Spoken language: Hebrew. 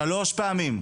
שלוש פעמים.